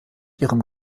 ihrem